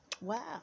Wow